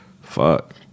fuck